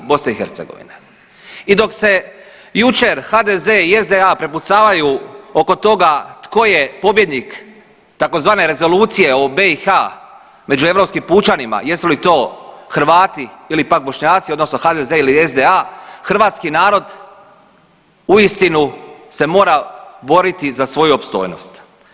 I dok se jučer HDZ i SDA prepucavaju oko toga tko je pobjednik tzv. Rezolucije o BiH među Europskim pučanima, jesu li to Hrvati ili pak Bošnjaci, odnosno HDZ ili SDA, hrvatski narod uistinu se mora boriti za svoju opstojnost.